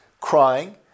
crying